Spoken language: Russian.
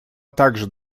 также